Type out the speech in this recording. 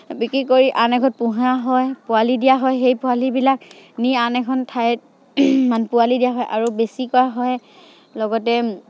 বিক্ৰী কৰি আন এঘৰত পোহা হয় পোৱালি দিয়া হয় সেই পোৱালিবিলাক নি আন এখন ঠাইত মান পোৱালি দিয়া হয় আৰু বেছি কৰা হয় লগতে